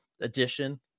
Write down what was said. edition